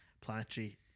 planetary